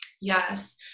Yes